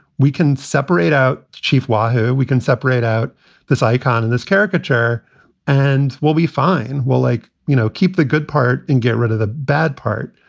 we can separate out chief wahoo, we can separate out this icon and this caricature and we'll be fine. we'll like, you know, keep the good part and get rid of the bad part.